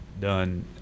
done